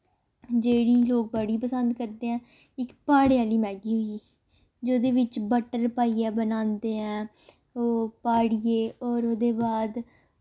जेह्ड़ी लोग बड़ी पसंद करदे ऐ इक प्हाड़ें आह्ली मैगी होई गेई जेह्दे बिच्च बट्टर पाइयै बनांदे ऐ ओह् प्हाड़िये होर ओह्दे बाद